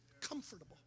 comfortable